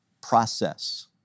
process